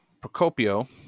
procopio